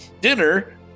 dinner